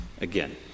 again